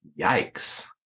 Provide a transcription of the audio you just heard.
Yikes